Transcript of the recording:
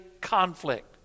conflict